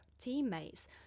teammates